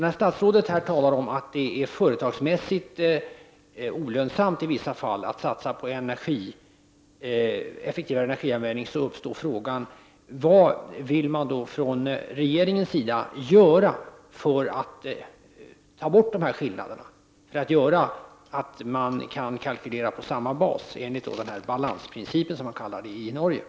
När statsrådet här talar om att det i vissa fall är företagsmässigt olönsamt att satsa på effektivare energianvändning blir frågan: Vad vill regeringen göra för att ta bort skillnaderna så att man kan kalkylera på samma bas enligt — som den kallas i Norge — balansprincipen?